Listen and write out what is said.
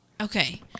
Okay